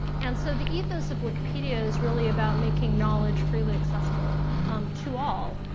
and so the ethos of wikipedia is really about making knowledge freely accessible to all,